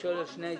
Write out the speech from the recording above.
על שני העדכונים,